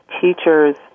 teachers